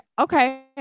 Okay